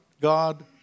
God